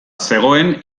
zegoen